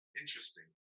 interesting